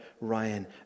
Ryan